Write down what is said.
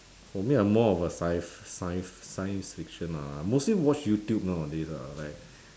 for me I'm more of a science science science fiction lah I mostly watch youtube nowadays lah like